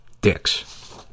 dicks